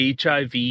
HIV